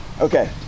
okay